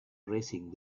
raising